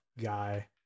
guy